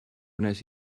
wnes